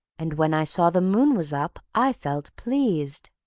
and when i saw the moon was up i felt pleased.